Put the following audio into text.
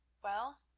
well,